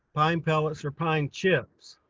pine pellets or pine chips.